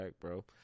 bro